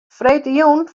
freedtejûn